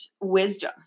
wisdom